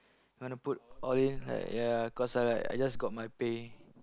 wanna put all in like ya cause I like I just got my pay